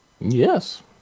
Yes